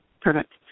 perfect